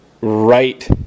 right